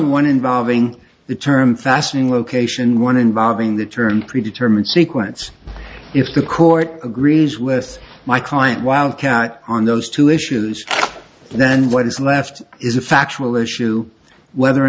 one involving the term fastening location one involving the term pre determined sequence if the court agrees with my client wildcat on those two issues then what is left is a factual issue whether or